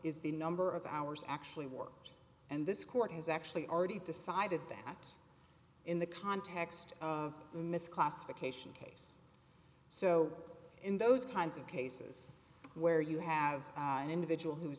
is the number of hours actually worked and this court has actually already decided that in the context of misclassification case so in those kinds of cases where you have an individual who